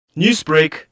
Newsbreak